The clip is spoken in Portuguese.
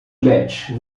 betty